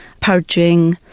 purging,